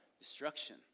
Destruction